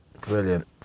Brilliant